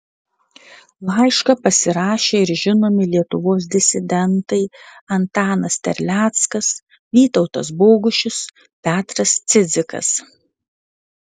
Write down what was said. laišką pasirašė ir žinomi lietuvos disidentai antanas terleckas vytautas bogušis petras cidzikas